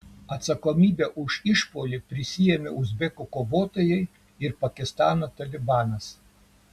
atsakomybę už išpuolį prisiėmė uzbekų kovotojai ir pakistano talibanas